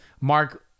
mark